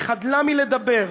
היא חדלה מלדבר.